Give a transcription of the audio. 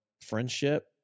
friendship